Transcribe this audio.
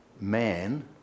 man